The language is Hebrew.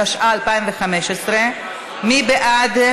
התשע"ה 2015. מי בעד?